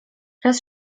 raz